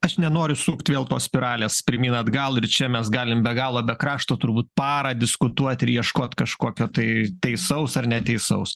aš nenoriu sukt vėl to spiralės pirmyn atgal ir čia mes galim be galo be krašto turbūt parą diskutuot ir ieškot kažkokio tai teisaus ar neteisaus